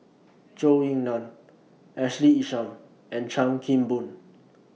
Zhou Ying NAN Ashley Isham and Chan Kim Boon